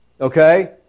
okay